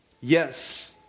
Yes